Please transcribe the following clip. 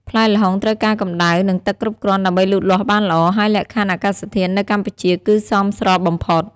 ផ្លែល្ហុងត្រូវការកម្ដៅ និងទឹកគ្រប់គ្រាន់ដើម្បីលូតលាស់បានល្អ ហើយលក្ខខណ្ឌអាកាសធាតុនៅកម្ពុជាគឺសមស្របបំផុត។